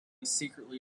secretly